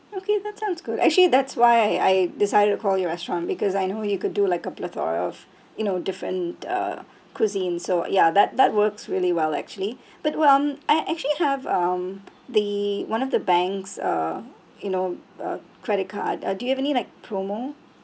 okay that sounds good actually that's why I decided to call your restaurant because I know you could do like a plethora of you know different uh cuisine so ya that that works really well actually but well I actually have um the one of the banks uh you know a credit card uh do you have any like promo